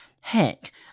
Heck